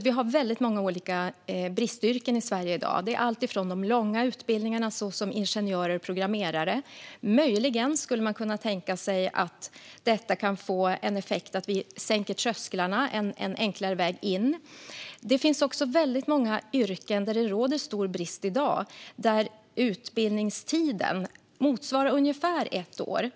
Vi har många olika bristyrken i Sverige i dag, alltifrån långa utbildningar som ingenjör och programmerare till kortare. Möjligen skulle man kunna tänka sig att detta kan få effekten att vi sänker trösklarna och att det blir en enklare väg in. Det finns också väldigt många yrken där det råder stor brist i dag och där utbildningstiden motsvarar ungefär ett år.